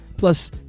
Plus